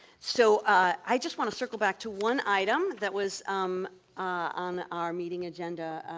so i just want to circle back to one item that was on our meeting agenda,